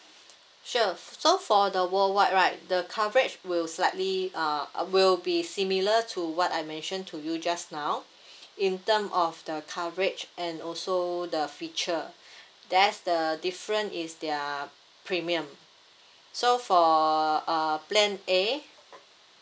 sure so for the worldwide right the coverage will slightly uh uh will be similar to what I mentioned to you just now in term of the coverage and also the feature that's the difference is their premium so for uh plan A